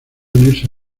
unirse